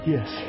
Yes